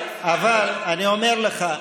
אבל אני אומר לך,